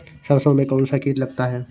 सरसों में कौनसा कीट लगता है?